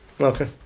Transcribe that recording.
Okay